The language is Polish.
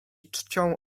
czcią